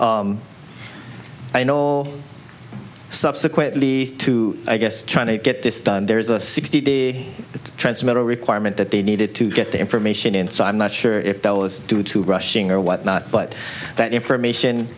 i know subsequently too i guess trying to get this done there's a sixty day transmitter requirement that they needed to get the information in so i'm not sure if that was due to rushing or what but that information